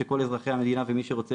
שכל אזרחי המדינה ומי שרוצה,